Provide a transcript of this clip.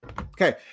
Okay